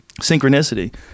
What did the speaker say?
synchronicity